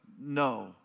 No